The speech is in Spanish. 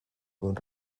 con